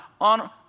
on